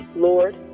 Lord